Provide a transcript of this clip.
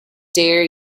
dare